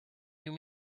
you